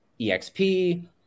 EXP